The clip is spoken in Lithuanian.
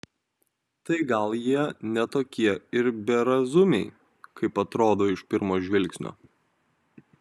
tai gal jie ne tokie ir berazumiai kaip atrodo iš pirmo žvilgsnio